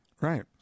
Right